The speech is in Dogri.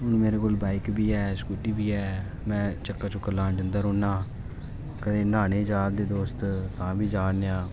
हुन मेरे कोल बाइक बी ऐ स्कूटी बी ऐ मैं चक्कर चुक्कर लान जंदा रौंह्ना कदें न्हाने ई जारदे दोस्त तां बी जानें आ